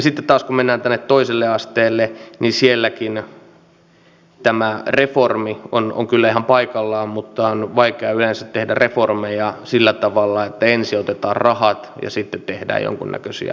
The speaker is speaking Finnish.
sitten taas kun mennään tänne toiselle asteelle niin sielläkin tämä reformi on kyllä ihan paikallaan mutta on vaikea yleensä tehdä reformeja sillä tavalla että ensin otetaan rahat ja sitten tehdään jonkinnäköisiä uudistuksia